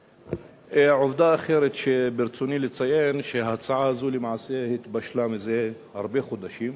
עובדה אחרת שברצוני לציין היא שההצעה הזאת למעשה התבשלה הרבה חודשים.